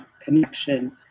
connection